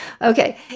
Okay